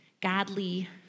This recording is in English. godly